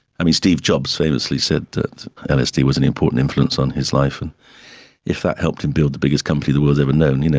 i mean, steve jobs famously said that lsd was an important influence on his life, and if that helped him build the biggest company the world has ever known, you know